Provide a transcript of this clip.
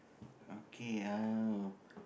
okay uh